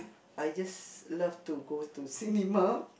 I just love to go to cinema